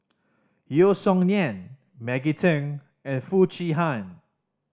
Yeo Song Nian Maggie Teng and Foo Chee Han